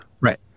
Right